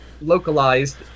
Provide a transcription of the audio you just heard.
localized